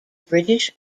british